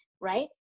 right